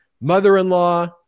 mother-in-law